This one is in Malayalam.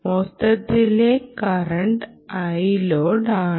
മൊത്തത്തിലെ കറന്റ് Iload ആണ്